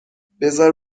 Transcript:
بذار